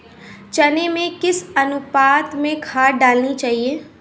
चने में किस अनुपात में खाद डालनी चाहिए?